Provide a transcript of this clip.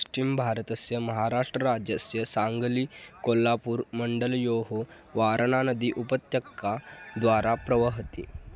वारणानदी पश्चिं भारतस्य महाराष्ट्रराज्यस्य साङ्गली कोल्लापुर् मण्डलयोः वारणानदी उपत्यक्का द्वारा प्रवहति